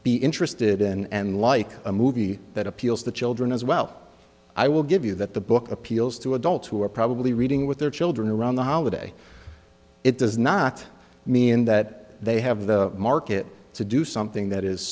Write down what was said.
be interested in and like a movie that appeals to children as well i will give you that the book appeals to adults who are probably reading with their children around the holiday it does not mean that they have the market to do something that is